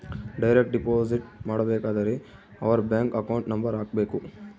direct deposit ಮಾಡಬೇಕಾದರೆ ಅವರ್ bank account number ಹಾಕ್ಬೆಕು